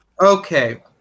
Okay